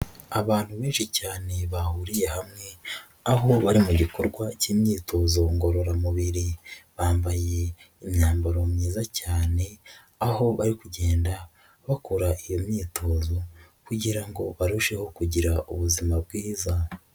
Abantu benshi cyane bahuriye hamwe, aho bari mu gikorwa cy'imyitozo ngororamubiri. Bambaye imyambaro myiza cyane, aho bari kugenda bakora iyo myitozo kugira ngo barusheho kugira ubuzima bwiza.